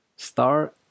Star